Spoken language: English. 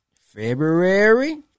February